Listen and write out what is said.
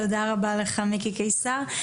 תודה רבה לך מיקי קיסר.